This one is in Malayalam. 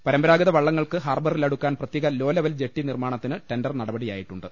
പരമ്പരാഗത വള്ളങ്ങൾക്ക് ഹാർബറിലടുക്കാൻ പ്രത്യേക ലോ ലെവൽ ജെട്ടി നിർമാണത്തിന് ടെന്റർ നടപടികളായിട്ടുണ്ട്